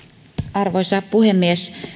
arvoisa puhemies